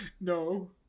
No